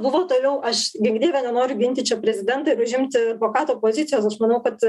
buvau toliau aš gink dieve nenoriu ginti čia prezidento ir užimti advokato pozicijos aš manau kad